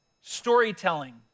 storytelling